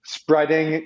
spreading